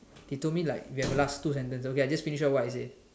they told me like with have last two sentence okay I just finish up what I say